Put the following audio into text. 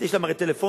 יש להם הרי טלפונים,